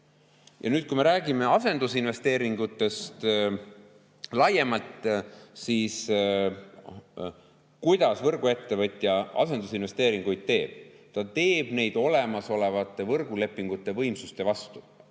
[varuks] küll. Räägime asendusinvesteeringutest laiemalt. Kuidas võrguettevõtja asendusinvesteeringuid teeb? Ta teeb neid olemasolevate võrgulepingute võimsuste [alusel].